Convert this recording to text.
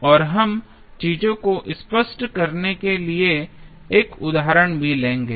और हम चीजों को स्पष्ट करने के लिए 1 उदाहरण भी लेंगे